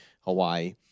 Hawaii